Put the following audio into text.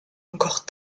encore